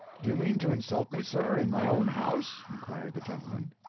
do you mean to insult me, sir, in my own house? inquired the gentleman.